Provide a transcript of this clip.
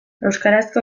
euskarazko